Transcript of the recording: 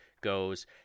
goes